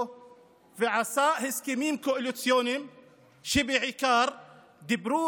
ועשה הסכמים קואליציוניים שבעיקר דיברו,